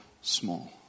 small